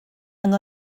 yng